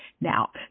now